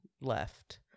left